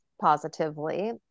positively